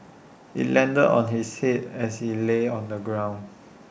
IT landed on his Head as he lay on the ground